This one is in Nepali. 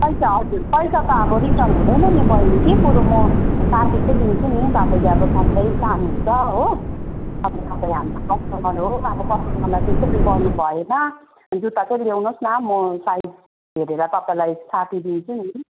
पैसा हजुर पैसा त अब रिटर्न हुँदैन नि बहिनी कि बरु म साटी चाहिँ दिन्छु नि तपाईँले अब सधैँ लानु हुन्छ हो अनि तपाईँ त हाम्रो कस्टमर हो अब कस्टमरलाई त्यसै उयो गर्नु भएन जुत्ता चाहिँ ल्याउनु होस् न म साइज हेरेर तपाईँलाई साटिदिन्छु नि